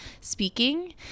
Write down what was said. speaking